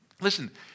listen